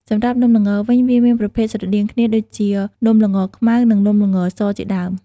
សម្រាប់់នំល្ងវិញ វាមានប្រភេទស្រដៀងគ្នា ដូចជា នំល្ងខ្មៅ និងនំល្ងសជាដើម។